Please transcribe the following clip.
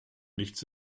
nichts